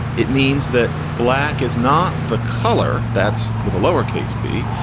it means that black is not the color. that's with a lowercase b.